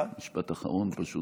ברשותך, משפט אחרון.